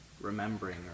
remembering